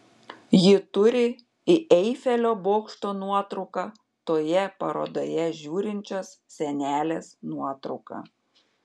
ji turi į eifelio bokšto nuotrauką toje parodoje žiūrinčios senelės nuotrauką